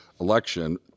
election